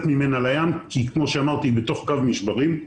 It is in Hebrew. ממנה לים כי כמו שאמרתי היא בתוך קו משברים.